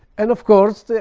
and of course,